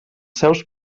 seus